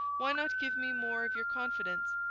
why not give me more of your confidence?